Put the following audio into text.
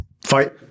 Fight